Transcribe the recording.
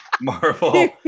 Marvel